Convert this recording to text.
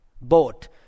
boat